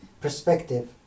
perspective